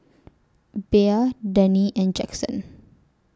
Bea Dani and Jaxon